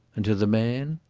and to the man?